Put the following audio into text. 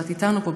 ואת איתנו פה,